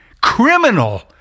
criminal